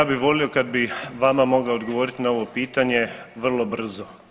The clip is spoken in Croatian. Ja bi volio kad bi vama mogao odgovoriti na ovo pitanje vrlo brzo.